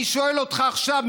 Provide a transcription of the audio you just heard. אני שואל אותך עכשיו,